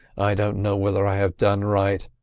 i don't know whether i have done right,